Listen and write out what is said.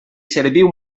serviu